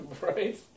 Right